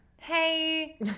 Hey